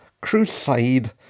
crusade